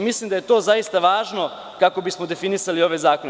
Mislim da je to zaista važno kako bismo definisali ove zakone.